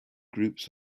groups